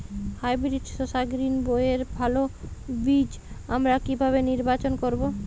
Hybrid শসা গ্রীনবইয়ের ভালো বীজ আমরা কিভাবে নির্বাচন করব?